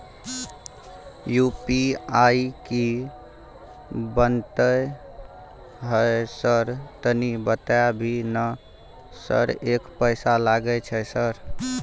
UPI की बनते है सर तनी बता भी ना सर एक पैसा लागे छै सर?